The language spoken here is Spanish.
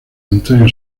antonio